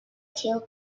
teal